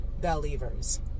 Believers